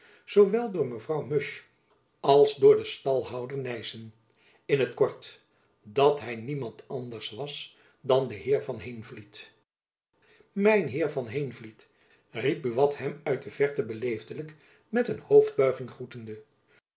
wel door mevrouw musch als door den stalhouder nyssen in t kort dat hy niemand anders was dan de heer van heenvliet mijn heer van heenvliet riep buat hem uit de verte beleefdelijk met een hoofdbuiging groetende